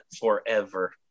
forever